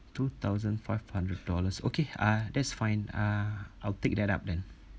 two thousand five hundred dollars okay uh that's fine uh I'll take that up then